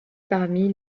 parmi